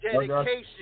dedication